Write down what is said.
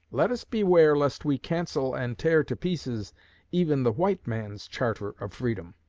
let us beware lest we cancel and tear to pieces even the white man's charter of freedom.